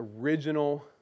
original